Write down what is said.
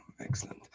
Excellent